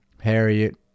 Harriet